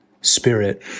Spirit